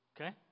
okay